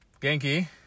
Genki